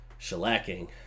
shellacking